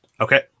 okay